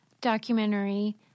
documentary